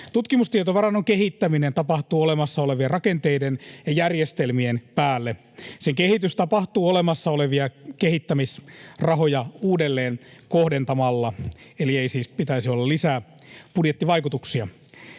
Tutkimustietovarannon kehittäminen tapahtuu olemassa olevien rakenteiden ja järjestelmien päälle. Sen kehitys tapahtuu olemassa olevia kehittämisrahoja uudelleen kohdentamalla, eli ei siis pitäisi olla lisää budjettivaikutuksia.